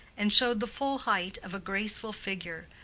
and showed the full height of a graceful figure,